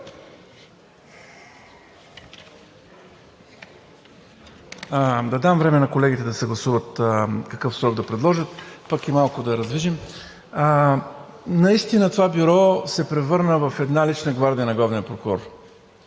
Да дам време на колегите да съгласуват какъв срок да предложат, пък и малко да раздвижим. Наистина това бюро се превърна в една лична гвардия на главния прокурор